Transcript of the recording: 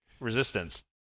Resistance